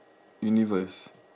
universe